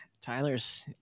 Tyler's